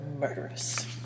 murderous